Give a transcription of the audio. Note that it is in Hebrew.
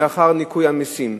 לאחר ניכוי המסים,